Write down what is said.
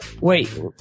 Wait